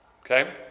Okay